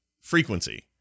frequency